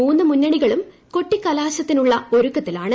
മൂന്ന് മുന്ന്ണിക്ളും കൊട്ടിക്കലാശത്തിനുള്ള ഒരുക്കത്തിലാണ്